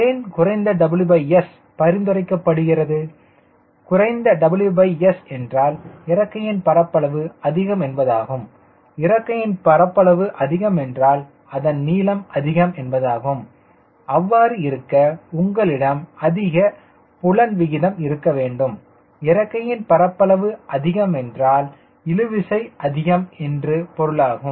ஏன் குறைந்த WS பரிந்துரைக்கப்படுகிறது குறைந்த WS என்றால் இறக்கையின் பரப்பளவு அதிகம் என்பதாகும் இறக்கையின் பரப்பளவு அதிகம் என்றால் அதன் நீளம் அதிகம் என்பதாகும் அவ்வாறு இருக்க உங்களிடம் அதிக புலன் விகிதம் இருக்க வேண்டும் இறக்கையின் பரப்பளவு அதிகம் என்றால் இழுவிசை அதிகம் என்று பொருளாகும்